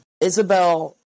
isabel